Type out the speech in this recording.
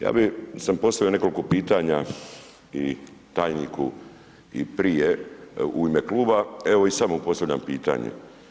Ja bi, sam postavio nekoliko pitanja i tajniku i prije u ime kluba, evo i sad mu postavljam pitanje.